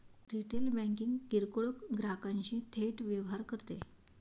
retail banking किरकोळ ग्राहकांशी थेट व्यवहार करते